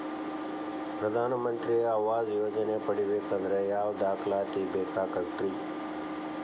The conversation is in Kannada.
ಪ್ರಧಾನ ಮಂತ್ರಿ ಆವಾಸ್ ಯೋಜನೆ ಪಡಿಬೇಕಂದ್ರ ಯಾವ ದಾಖಲಾತಿ ಬೇಕಾಗತೈತ್ರಿ?